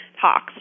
talks